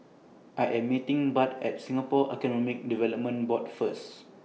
I Am meeting Bud At Singapore Economic Development Board First